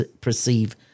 perceive